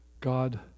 God